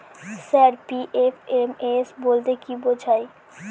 Sir PFMS বলতে কি বোঝায়?